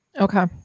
okay